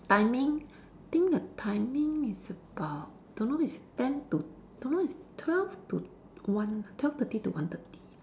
timing I think the timing is about don't know is ten to don't know is twelve to one twelve thirty to one thirty